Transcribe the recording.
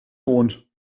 wohnt